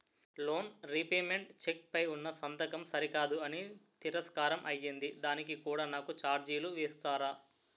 Loan repayment cheque పై ఉన్నా సంతకం సరికాదు అని తిరస్కారం అయ్యింది దానికి కూడా నాకు ఛార్జీలు వేస్తారా?